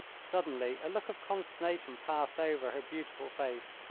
suddenly a look of consternation passed over her beautiful face.